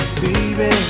baby